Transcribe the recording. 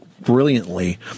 brilliantly